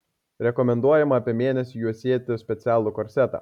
rekomenduojama apie mėnesį juosėti specialų korsetą